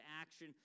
action